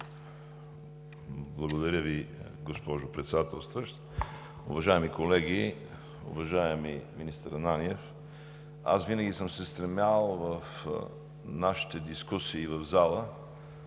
Благодаря Ви, госпожо Председателстващ. Уважаеми колеги! Уважаеми министър Ананиев, аз винаги съм се стремял в нашите дискусии в залата